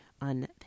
on